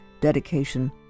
dedication